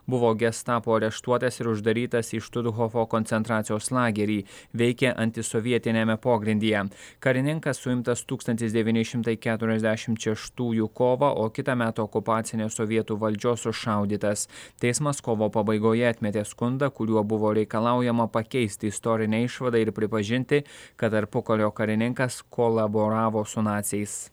buvo gestapo areštuotas ir uždarytas į štuthofo koncentracijos lagerį veikė antisovietiniame pogrindyje karininkas suimtas tūkstantis devyni šimtai keturiasdešimt šeštųjų kovą o kitąmet okupacinės sovietų valdžios sušaudytas teismas kovo pabaigoje atmetė skundą kuriuo buvo reikalaujama pakeisti istorinę išvadą ir pripažinti kad tarpukario karininkas kolaboravo su naciais